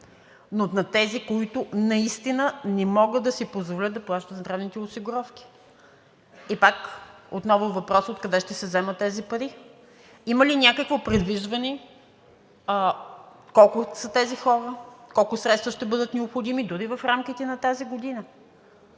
но на тези, които наистина не могат да си позволят да плащат здравните осигуровки. И отново въпрос: откъде ще се вземат тези пари. Има ли някакво придвижване, колко са тези хора, колко средства ще бъдат необходими дори в рамките на тази година?